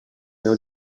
meu